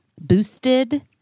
boosted